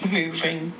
moving